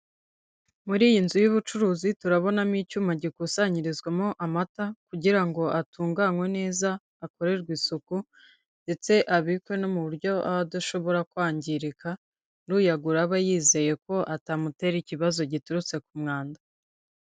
Muri iyi nzu y'ubucuruzi turabonamo icyuma gikusanyirizwamo amata, kugira ngo atunganywe neza, akorerwe isuku ndetse abikwe no mu buryo aba adashobora kwangirika, n'uyagura aba yizeye ko atamutera ikibazo giturutse ku mwanda.